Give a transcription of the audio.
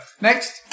next